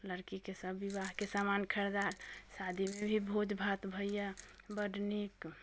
लड़कीके सब बिवाह के समान खरीदायल शादीमे भी भोज भात भैए बड्ड नीक